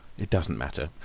it doesn't matter.